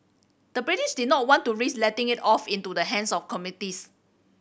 the British did not want to risk letting it fall into the hands of communists